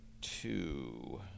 two